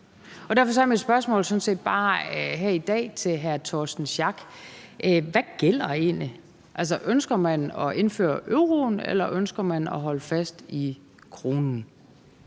Derfor er mit spørgsmål her i dag til hr. Torsten Schack Pedersen sådan set bare: Hvad gælder egentlig? Altså, ønsker man at indføre euroen, eller ønsker man at holde fast i kronen?